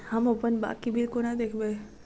हम अप्पन बाकी बिल कोना देखबै?